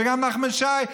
וגם נחמן שי,